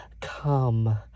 Come